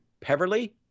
Peverly